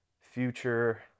future